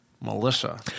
melissa